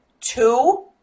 two